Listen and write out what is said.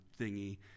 thingy